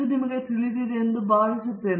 ನಿಮಗೆ ತಿಳಿದಿದೆ ಎಂದು ನಾನು ಭಾವಿಸುತ್ತೇನೆ